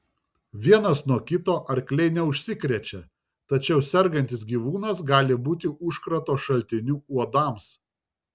vienas nuo kito arkliai neužsikrečia tačiau sergantis gyvūnas gali būti užkrato šaltiniu uodams